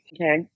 Okay